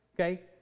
Okay